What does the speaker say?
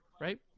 right